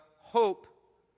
hope